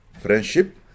Friendship